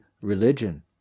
religion